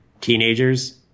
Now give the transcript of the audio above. teenagers